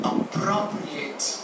Appropriate